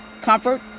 comfort